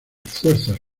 fuerzas